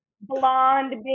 Blonde